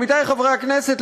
עמיתי חברי הכנסת,